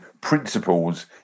principles